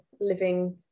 living